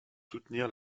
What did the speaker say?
soutenir